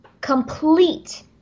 complete